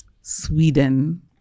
sweden